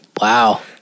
Wow